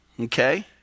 okay